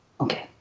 Okay